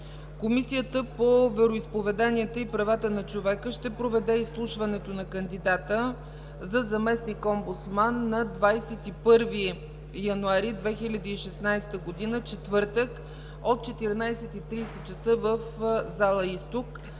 Комисията по вероизповеданията и правата на човека ще проведе изслушването на кандидата за заместник-омбудсман на 21 януари 2016 г., четвъртък, от 14,30 ч. в зала „Изток”.